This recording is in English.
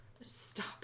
Stop